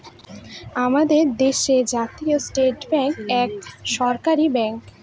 আমাদের দেশে Bharatiya state bank এক সরকারি ব্যাঙ্ক